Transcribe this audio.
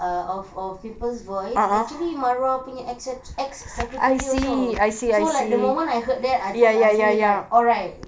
ah of of people's voice actually marwah punya ex ex secretary also so like the moment I heard that I told azmi like alright